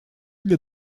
для